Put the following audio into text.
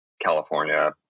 California